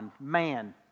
man